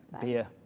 Beer